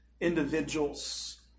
individuals